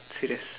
serious